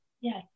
Yes